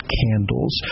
candles